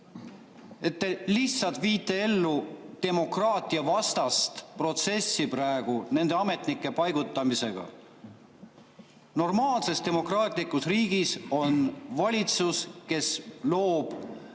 te lihtsalt viite ellu demokraatiavastast protsessi praegu nende ametnike paigutamisega. Normaalses demokraatlikus riigis on valitsus, kes loob